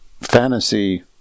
fantasy